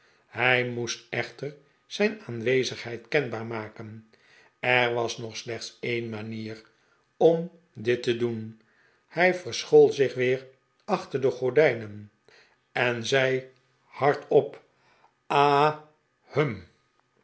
hij moest echter zijn aanwezigheid kenbaar maken er was nog slechts een manier om dit te doen hij verschool zich weer achter de gordijnen en zei hardop ha hm